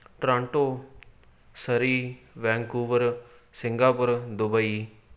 Toronto Surrey Vancouver Singapore Dubai